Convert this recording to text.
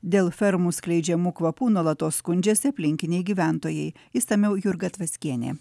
dėl fermų skleidžiamų kvapų nuolatos skundžiasi aplinkiniai gyventojai išsamiau jurga tvaskienė